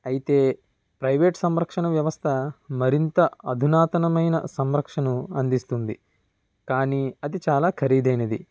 అయితే ప్రైవేట్ సంరక్షణ వ్యవస్థ మరింత అధునాతనమైన సంరక్షణను అందిస్తుంది కానీ అది చాలా ఖరీధైనది